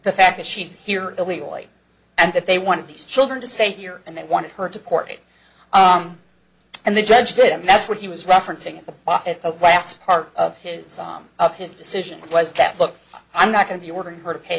the fact that she's here illegally and that they want these children to stay here and they wanted her to court and the judge did and that's what he was referencing the last part of his of his decision was that look i'm not going to order her to pay